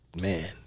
man